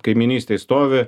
kaimynystėj stovi